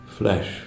Flesh